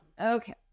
Okay